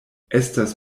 estas